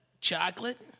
chocolate